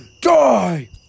Die